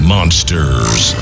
Monsters